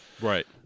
right